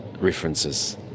references